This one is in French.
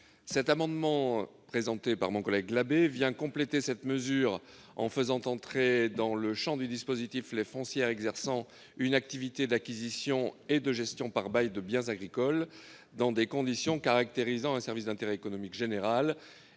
l'initiative revient à mon collègue Joël Labbé, vise à compléter cette mesure, en faisant entrer dans le champ du dispositif les foncières exerçant une activité d'acquisition et de gestion par bail de biens agricoles dans des conditions caractérisant un service d'intérêt économique général,